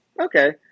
okay